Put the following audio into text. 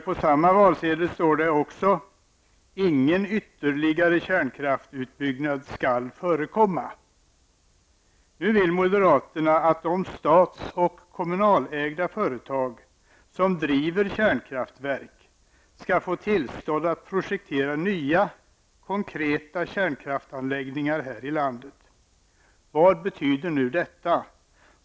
På samma valsedel står det också att ''ingen ytterligare kärnkraftsutbyggnad skall förekomma.'' Nu vill moderaterna att de stats eller kommunägda företag som driver kärnkraftverk skall få tillstånd att projektera nya konkreta kärnkraftsanläggningar här i landet. Vad betyder detta?